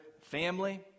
family